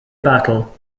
battle